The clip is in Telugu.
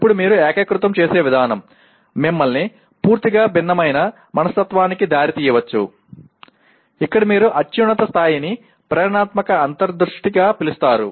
ఇప్పుడు మీరు ఏకీకృతం చేసే విధానం మిమ్మల్ని పూర్తిగా భిన్నమైన మనస్తత్వానికి దారి తీయవచ్చు ఇక్కడ మీరు అత్యున్నత స్థాయిని 'ప్రేరణాత్మక అంతర్దృష్టి' గా పిలుస్తున్నారు